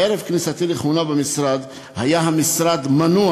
ערב כניסתי לכהונה במשרד היה המשרד מנוע